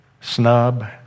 snub